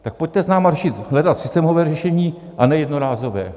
Tak pojďte s námi hledat systémové řešení a ne jednorázové.